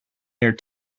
near